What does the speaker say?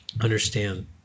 understand